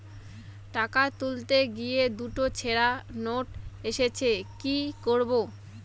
টাকা তুলতে গিয়ে দুটো ছেড়া নোট এসেছে কি করবো?